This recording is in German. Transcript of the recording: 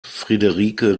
friederike